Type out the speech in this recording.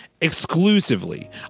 Exclusively